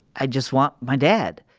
i just want my dad.